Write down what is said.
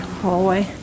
hallway